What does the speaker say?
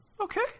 Okay